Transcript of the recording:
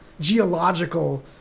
geological